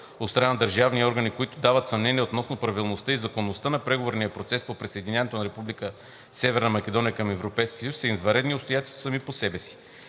от страна на държавните органи, които дават съмнения относно правилността и законността на преговорния процес по присъединяването на Република Северна Македония към Европейския съюз, са извънредни обстоятелства сами по себе си.